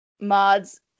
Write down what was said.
mods